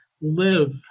live